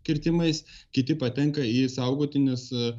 kirtimais kiti patenka į saugotines